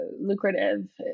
lucrative